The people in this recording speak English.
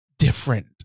Different